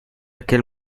aquel